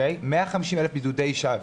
150,000 בידודי שווא